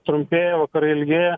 trumpėja vakarai ilgėja